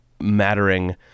mattering